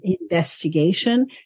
investigation